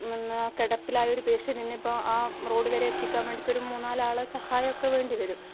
കിടപ്പിലായ ഒരു പേഷ്യൻറ്റിനിപ്പോൾ ആ റോഡ് വരെ എത്തിക്കാൻ വേണ്ടിക്ക് ഒരു മൂന്നാലാളുടെ സഹായമൊക്കെ വേണ്ടി വരും